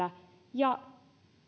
ja